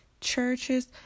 churches